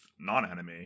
non-anime